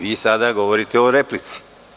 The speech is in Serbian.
Vi sada govorite o replici.